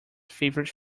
favourite